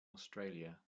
australia